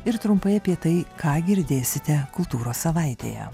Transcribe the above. ir trumpai apie tai ką girdėsite kultūros savaitėje